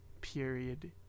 period